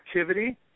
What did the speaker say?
activity